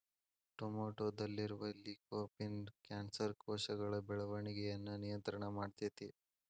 ಟೊಮೆಟೊದಲ್ಲಿರುವ lycopene cancer ಕೋಶಗಳ ಬೆಳವಣಿಗಯನ್ನ ನಿಯಂತ್ರಣ ಮಾಡ್ತೆತಿ